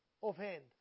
offhand